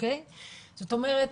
זאת אומרת,